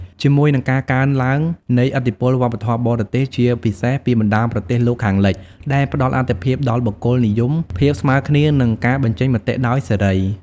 ជាមួយនឹងការកើនឡើងនៃឥទ្ធិពលវប្បធម៌បរទេស ជាពិសេសពីបណ្ដាប្រទេសលោកខាងលិច ដែលផ្ដល់អាទិភាពដល់បុគ្គលនិយម ភាពស្មើគ្នា និងការបញ្ចេញមតិដោយសេរី។